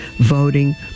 voting